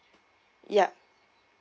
ya